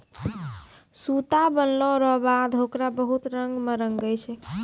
सूता बनलो रो बाद होकरा बहुत रंग मे रंगै छै